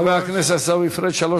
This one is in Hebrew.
חבר הכנסת יואל חסון וחבר הכנסת נחמן שי.